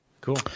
Cool